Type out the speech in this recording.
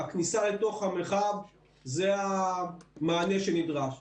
הכניסה לתוך המרחב זה המענה שנדרש.